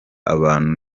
abantu